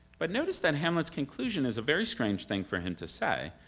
but notice that hamlet's conclusion is a very strange thing for him to say,